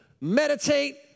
meditate